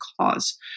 cause